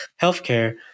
healthcare